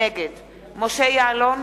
נגד משה יעלון,